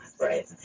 Right